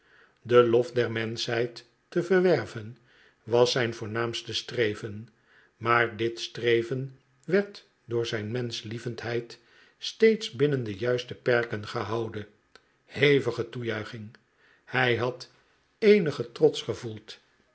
de lof der menschheid te verwerven was zijn voornaamste streven maar dit streven werd door zijn menschlievendheid steeds binnen de juiste perken gehouden hevige toejuiching hij had eenigen trots gevoeld